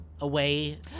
Away